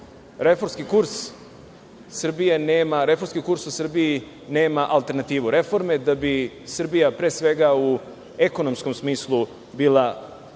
Reformski kurs u Srbiji nema alternativu, reforme da bi Srbija, pre svega u ekonomskom smislu, bila zdrava